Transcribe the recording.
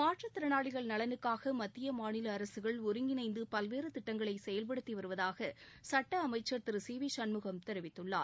மாற்றுத்திறனாளிகள் நலனுக்காக மத்திய மாநில அரசுகள் ஒருங்கிணைந்து பல்வேறு திட்டங்களை செயல்படுத்தி வருவதாக சட்ட அமைச்சர் திரு சி வி சண்முகம் தெரிவித்துள்ளார்